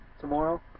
tomorrow